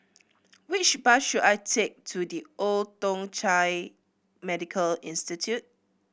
which bus should I take to The Old Thong Chai Medical Institution